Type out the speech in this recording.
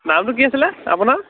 নামটো কি আছিলে আপোনাৰ